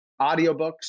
audiobooks